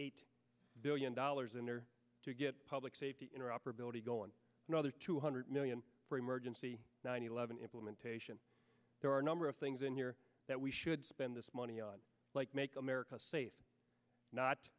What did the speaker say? eight billion dollars in or to get public safety interoperability go on another two hundred million for emergency nine eleven implementation there are a number of things in here that we should spend this money on like make america safe not